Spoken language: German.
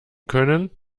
können